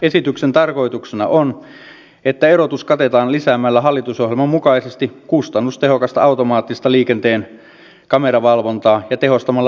esityksen tarkoituksena on että erotus katetaan lisäämällä hallitusohjelman mukaisesti kustannustehokasta automaattista liikenteen kameravalvontaa ja tehostamalla liikenteen nopeusvalvontaa